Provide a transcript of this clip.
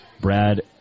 Brad